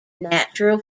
natural